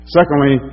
Secondly